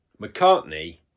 McCartney